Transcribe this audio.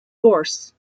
gorse